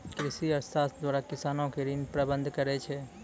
कृषि अर्थशास्त्र द्वारा किसानो के ऋण प्रबंध करै छै